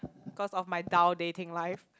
cause of my dull dating life